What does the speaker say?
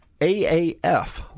AAF